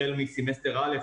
החל מסמסטר א',